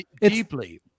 deeply